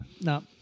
no